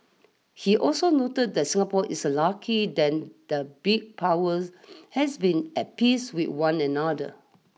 he also noted that Singapore is a lucky that the big power has been at peace with one another